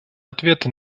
ответа